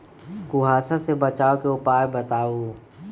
कुहासा से बचाव के उपाय बताऊ?